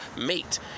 mate